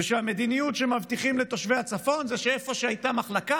ושהמדיניות שמבטיחים לתושבי הצפון היא שאיפה שהייתה מחלקה,